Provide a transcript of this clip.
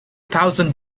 thousand